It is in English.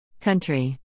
Country